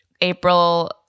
April